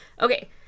Okay